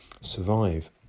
survive